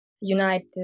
unite